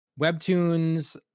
webtoons